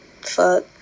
Fuck